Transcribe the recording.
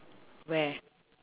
where